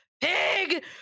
Pig